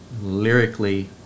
lyrically